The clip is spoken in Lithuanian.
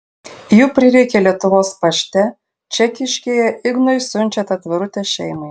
jų prireikė lietuvos pašte čekiškėje ignui siunčiant atvirutę šeimai